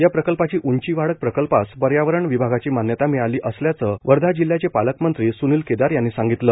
या प्रकल्पाची उंचीवाढ प्रकल्पास पर्यावरण विभागाची मान्यता मिळाली असल्याचं वर्धा जिल्ह्याचे पालकमंत्री स्निल केदार यांनी सांगितलं